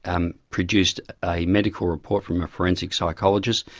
and produced a medical report from a forensic psychologist,